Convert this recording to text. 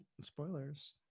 spoilers